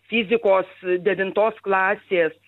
fizikos devintos klasės